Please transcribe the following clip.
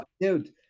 dude